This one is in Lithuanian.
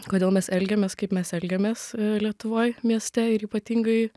kodėl mes elgiamės kaip mes elgiamės lietuvoj mieste ir ypatingai